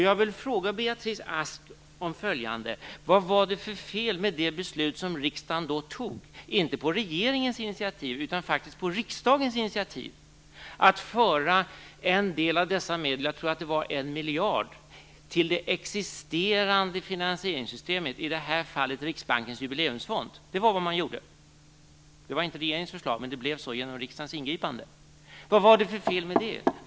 Jag vill fråga Beatrice Ask följande: Vad var det för fel på det beslut riksdagen då fattade - inte på regeringens initiativ utan faktiskt på riksdagens - om att föra en del av dessa medel, 1 miljard tror jag det var, till det existerande finansieringssystemet, i det här fallet Riksbankens jubileumsfond? Det var vad man gjorde. Det var inte regeringens förslag, men det blev så genom riksdagens ingripande. Vad var det för fel med det?